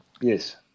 yes